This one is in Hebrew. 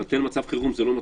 לבטל מצב חירום זה לא מצדיק?